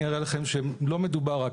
אני אראה לכם שלא מדובר רק.